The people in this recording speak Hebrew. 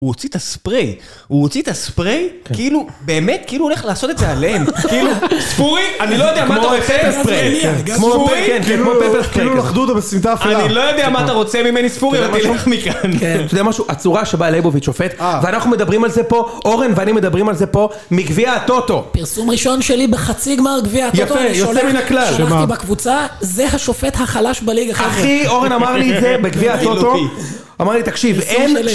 הוא הוציא את הספריי. הוא הוציא את הספריי כאילו... באמת כאילו הולך לעשות את זה עליהם. כאילו, ספורי, אני לא יודע מה אתה רוצה, ספורי. כאילו לחגugen, בסמיתה אפילה. אני לא יודע מה אתה רוצה ממני ספוריות. תלך מכאן. זה משהו, הצורה שבאה ליבוביץ שופט. אנחנו מדברים על זה פה, אורן ואני מדברים על זה פה. מגביע הטוטו. פרסום ראשון שלי בחצי גמר גביע הטוטו. יפה, יוצא מן הכלל. אמרתי בקבוצה, זה השופט החלש בלגה החזק אחי אורן אמר לי את זה בגביע הטוטו אמר לי תקשיב אין...